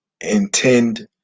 intend